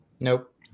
Nope